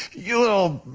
you little.